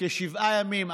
תיגמר, כשבעה ימים.